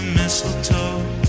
mistletoe